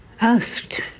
asked